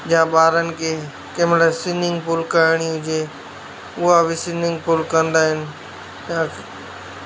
जा ॿारनि खे कंहिंमहिल स्विमिंग पूल करिणी हुजे उहो बि स्विमिंग पूल कंदा आहिनि त